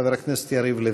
חבר הכנסת יריב לוין.